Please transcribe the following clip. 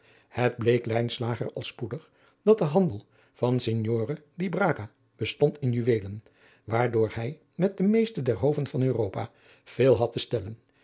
het bleek lijnslager al spoedig dat de handel van signore di braga bestond in juweelen waardoor hij met de meeste der hoven van europa veel had te stellen